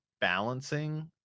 balancing